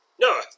No